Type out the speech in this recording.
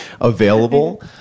available